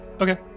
Okay